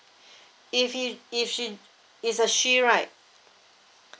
if he if she is a she right